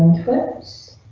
trips.